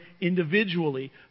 individually